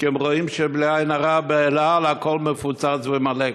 כי הן רואות שבלי עין הרע ב"אל על" הכול מפוצץ ומלא,